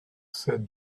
cède